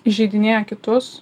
įžeidinėja kitus